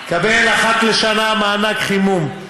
יקבל אחת לשנה מענק חימום.